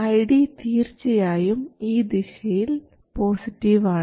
ID തീർച്ചയായും ഈ ദിശയിൽ പോസിറ്റീവ് ആണ്